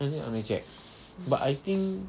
I need let me check but I think